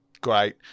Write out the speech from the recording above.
great